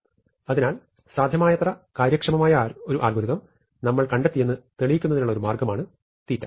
അതിനാൽ സാധ്യമായത്ര കാര്യക്ഷമമായ ഒരു അൽഗോരിതം നമ്മൾ കണ്ടെത്തിയെന്ന് തെളിയിക്കുന്നതിനുള്ള ഒരു മാർഗമാണ് തീറ്റ